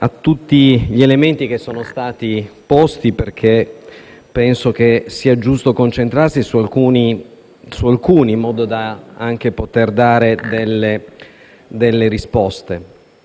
a tutti gli elementi che sono stati posti, perché penso che sia giusto concentrarsi su alcuni, in modo da poter dare delle risposte.